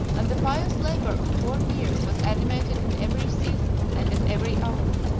and the pious labor of four years was animated in every season, and at every hour,